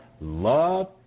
love